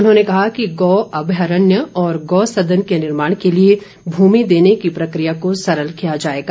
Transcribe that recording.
उन्होंने कहा कि गौ अभ्यारण्य और गौ सदन के निर्माण के लिए भूमि देने की प्रक्रिया को सरल किया जाएगा